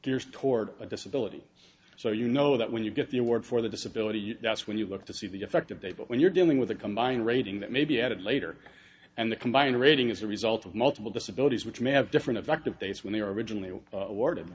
geared toward a disability so you know that when you get the award for the disability you that's when you look to see the effect of they but when you're dealing with a combined rating that may be added later and the combined rating is a result of multiple disability which may have different effect of dates when they originally were awarded